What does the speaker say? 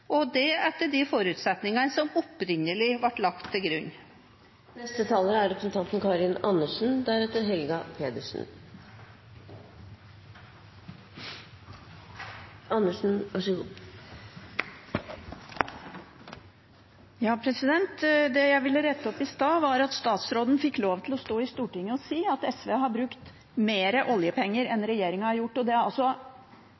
og inndelingstilskudd, og det etter de forutsetningene som opprinnelig ble lagt til grunn. Det jeg ville rette opp i stad, var at statsråden fikk lov til å stå i Stortinget og si at SV har brukt mer oljepenger enn